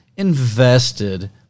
invested